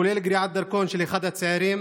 כולל קריעת דרכון של אחד הצעירים